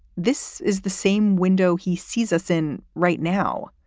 this is the same window he sees us in right now,